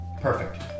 perfect